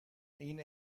این